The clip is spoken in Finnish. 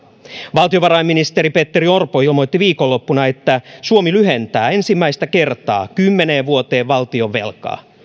valtiovarainministeri petteri orpo ilmoitti viikonloppuna että suomi lyhentää ensimmäistä kertaa kymmeneen vuoteen valtionvelkaa